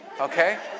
okay